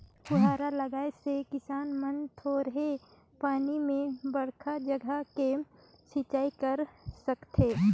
फुहारा लगाए से किसान मन थोरहें पानी में बड़खा जघा के सिंचई कर सकथें